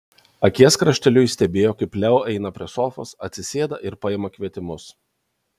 akies krašteliu ji stebėjo kaip leo eina prie sofos atsisėda ir paima kvietimus